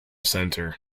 center